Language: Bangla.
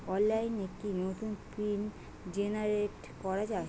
অনলাইনে কি নতুন পিন জেনারেট করা যায়?